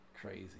crazy